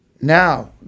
now